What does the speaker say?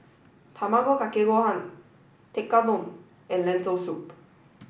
Tamago Kake Gohan Tekkadon and Lentil Soup